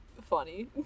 funny